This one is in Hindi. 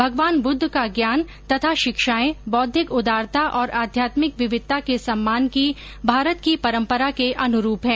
भगवान बुद्ध का ज्ञान तथा शिक्षाएं बौद्धिक उदारता और आध्यात्मिक विविधता के सम्मान की भारत की परम्परा के अनुरूप हैं